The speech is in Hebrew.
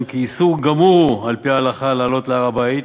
כי איסור גמור על-פי ההלכה לעלות להר-הבית